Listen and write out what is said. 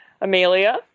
Amelia